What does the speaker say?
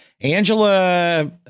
Angela